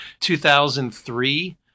2003